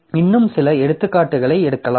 இன்னும் சில எடுத்துக்காட்டுகளை எடுக்கலாம்